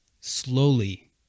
slowly